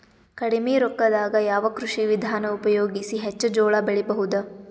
ಕಡಿಮಿ ರೊಕ್ಕದಾಗ ಯಾವ ಕೃಷಿ ವಿಧಾನ ಉಪಯೋಗಿಸಿ ಹೆಚ್ಚ ಜೋಳ ಬೆಳಿ ಬಹುದ?